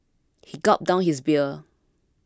he gulped down his beer